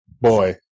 Boy